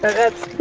that's